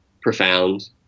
profound